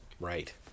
Right